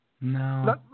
No